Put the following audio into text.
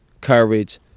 courage